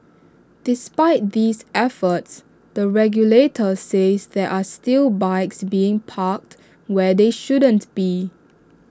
despite these efforts the regulator says there are still bikes being parked where they shouldn't be